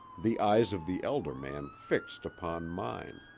the eyes of the elder man fixed upon mine.